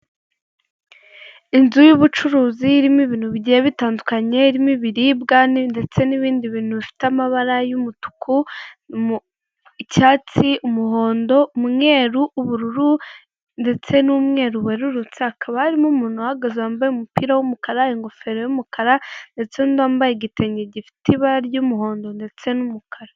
Inzu y'ubucuruzi irimo ibintu bigiye bitandukanye irimo ibiribwa ndetse n'ibindi bintu bifite amabara y'umutuku, icyatsi ,umuhondo ,umweru, ubururu ndetse n'umweru werurutse ,hakaba harimo umuntu uhagaze wambaye umupira w'umukara ,ingofero y'umukara ndetse wambaye igitenge gifite ibara ry'umuhondo ndetse n'umukara.